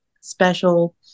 special